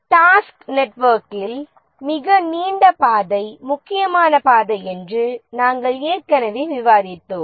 task நெட்வொர்க்கில் மிக நீண்ட பாதை முக்கியமான பாதை என்று நாம் ஏற்கனவே விவாதித்தோம்